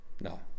No